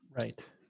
Right